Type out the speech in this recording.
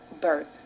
birth